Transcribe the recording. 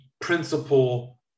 principle